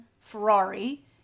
Ferrari